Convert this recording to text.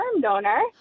donor